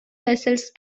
vessels